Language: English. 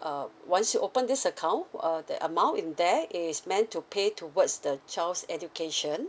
uh once you open this account err the amount in there is meant to pay towards the child's education